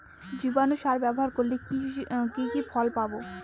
জীবাণু সার ব্যাবহার করলে কি কি ফল পাবো?